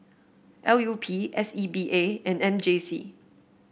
L U P S E A B and M J C